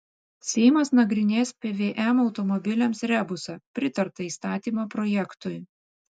seimas nagrinės pvm automobiliams rebusą pritarta įstatymo projektui